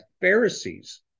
Pharisees